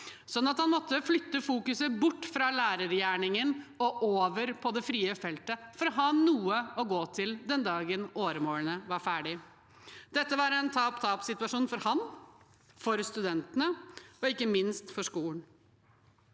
så han måtte flytte fokuset bort fra lærergjerningen og over på det frie feltet for å ha noe å gå til den dagen åremålet var ferdig. Dette var en tap-tap-situasjon for ham, for studentene og ikke minst for skolen.